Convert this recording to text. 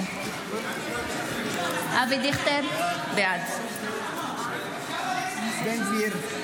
בעד אבי דיכטר, בעד בן גביר,